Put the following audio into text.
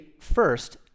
first